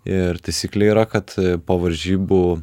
ir taisyklė yra kad po varžybų